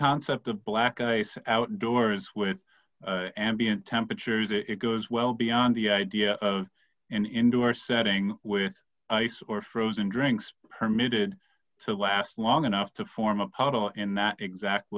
concept of black ice outdoors with ambient temperatures if it goes well beyond the idea and into our setting with ice or frozen drinks permitted to last long enough to form a puddle in that exact